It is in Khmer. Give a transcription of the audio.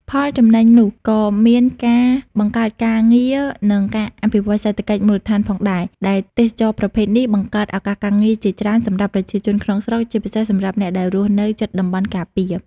ផលចំណេញនោះក៏មានការបង្កើតការងារ និងការអភិវឌ្ឍសេដ្ឋកិច្ចមូលដ្ឋានផងដែរ ដែលទេសចរណ៍ប្រភេទនេះបង្កើតឱកាសការងារជាច្រើនសម្រាប់ប្រជាជនក្នុងស្រុក ជាពិសេសសម្រាប់អ្នកដែលរស់នៅជិតតំបន់ការពារ។